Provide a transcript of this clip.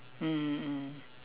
mm mm mm